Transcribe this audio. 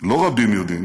לא רבים יודעים